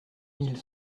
mille